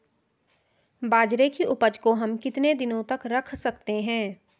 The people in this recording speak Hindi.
बाजरे की उपज को हम कितने दिनों तक रख सकते हैं?